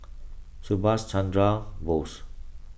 Subhas Chandra Bose